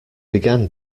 began